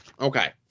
Okay